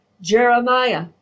Jeremiah